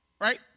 right